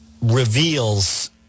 reveals